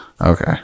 Okay